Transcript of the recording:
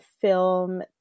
film